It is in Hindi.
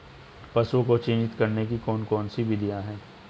पशुओं को चिन्हित करने की कौन कौन सी विधियां हैं?